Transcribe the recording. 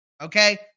okay